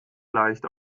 leicht